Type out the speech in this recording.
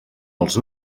els